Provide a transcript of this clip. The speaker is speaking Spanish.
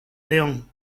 león